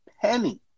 penny